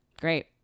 Great